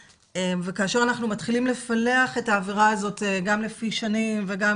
וכאשר אנחנו מתחילים לפלח את העבירה הזאת גם לפי שנים וגם